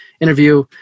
interview